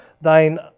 thine